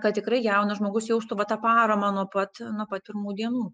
kad tikrai jaunas žmogus jaustų vat tą paramą nuo pat nuo pat pirmų dienų